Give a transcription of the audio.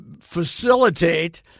facilitate